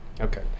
Okay